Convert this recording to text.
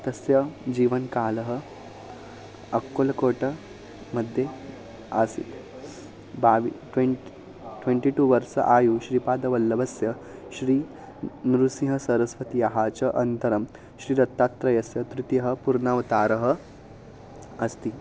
तस्य जीवनकालः अक्कुलकोट मध्ये आसीत् बावि ट्वेन्ट् ट्वेण्टि टु वर्षः आयुः श्रीपादवल्लभस्य श्रीनृसिंहसरस्वत्याः च अन्तरं श्रीदत्तात्रेयस्य तृतीयः पुर्णावतारः अस्ति